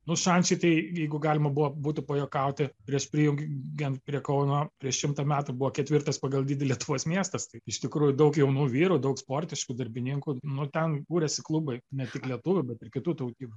nu šančiai tai jeigu galima buvo būtų pajuokauti prieš prijungiant prie kauno prieš šimtą metų buvo ketvirtas pagal dydį lietuvos miestas tai iš tikrųjų daug jaunų vyrų daug sportiškų darbininkų nu ten kūrėsi klubai ne tik lietuvių bet ir kitų tautybių